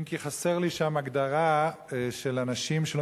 אם כי חסרה לי שם הגדרה של אנשים שלא